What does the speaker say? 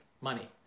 money